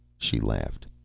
she laughed.